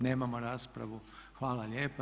Nemamo raspravu, hvala lijepa.